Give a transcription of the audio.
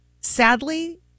sadly